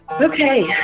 Okay